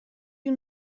you